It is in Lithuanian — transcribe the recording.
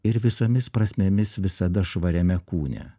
ir visomis prasmėmis visada švariame kūne